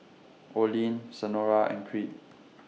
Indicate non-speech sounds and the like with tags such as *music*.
Olene Senora and Creed *noise*